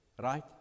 right